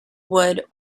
wood